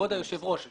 כבוד היושב ראש,